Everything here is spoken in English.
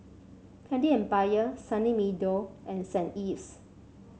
Candy Empire Sunny Meadow and St Ives